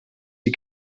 die